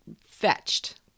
fetched